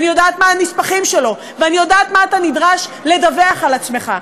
אני יודעת מה הנספחים שלו ואני יודעת מה אתה נדרש לדווח על עצמך.